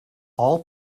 all